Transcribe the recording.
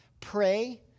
pray